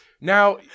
Now